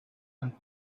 and